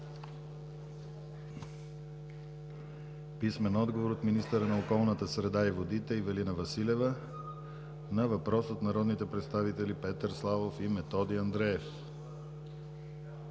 писмен отговор от министъра на околната среда и водите Ивелина Василева на въпрос от народните представители Петър Славов и Методи Андреев;